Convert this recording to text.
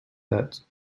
that